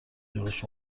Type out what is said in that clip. جلوش